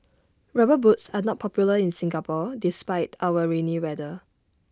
rubber boots are not popular in Singapore despite our rainy weather